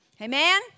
Amen